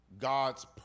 God's